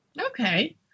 Okay